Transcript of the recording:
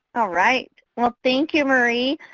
ah right. well, thank you marie.